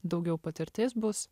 daugiau patirties bus